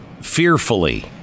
fearfully